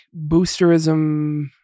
boosterism